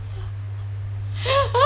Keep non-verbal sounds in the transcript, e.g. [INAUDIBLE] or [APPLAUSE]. [LAUGHS]